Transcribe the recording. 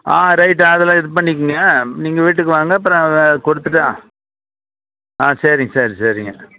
ஆ right அதில் இது பண்ணிக்கங்க நீங்கள் வீட்டுக்கு வாங்க அப்புறம் கொடுத்துட்டால் ஆ சரிங்க சரி சரிங்க